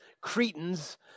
Cretans